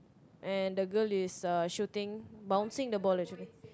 and the girl is uh shooting bouncing the ball actually